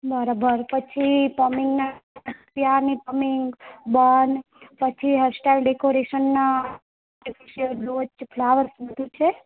બરાબર પછી પમિંગના ચીપિયા ને પમિંગ બન પછી હેરસ્ટાઈલ ડેકોરેશનનાં આર્ટિફિશિયલ બ્રોચ ફલાવર બધું છે